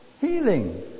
healing